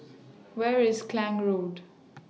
Where IS Klang Road